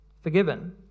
forgiven